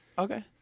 Okay